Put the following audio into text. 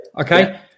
Okay